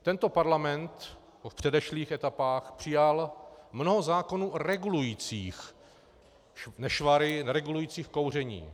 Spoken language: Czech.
Tento parlament v předešlých etapách přijal mnoho zákonů regulujících nešvary, regulujících kouření.